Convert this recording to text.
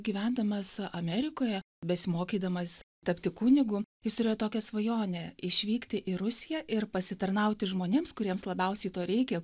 gyvendamas amerikoje besimokydamas tapti kunigu jis turėjo tokią svajonę išvykti į rusiją ir pasitarnauti žmonėms kuriems labiausiai to reikia